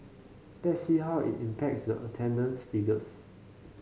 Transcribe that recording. let's see how it impacts the attendance figures